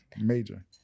Major